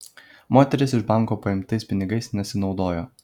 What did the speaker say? moteris iš banko paimtais pinigais nesinaudojo